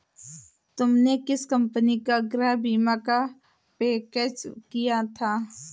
तुमने किस कंपनी का गृह बीमा का पैकेज लिया था?